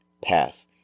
path